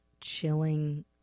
chilling